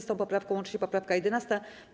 Z tą poprawką łączy się poprawka 11.